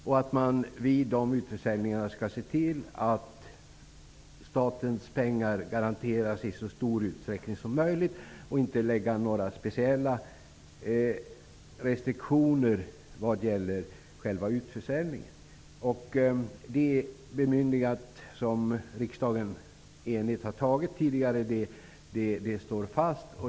Man skall vid de utförsäljningarna se till att statens pengar garanteras i så stor utsträckning som möjligt och inte utfärda några speciella restriktioner vad gäller själva utförsäljningen. Det bemyndigande som riksdagen tidigare enigt fattat beslut om står fast.